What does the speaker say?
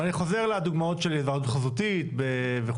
ואני חוזר לדוגמאות של היוועדות חזותית וכו'.